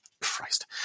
christ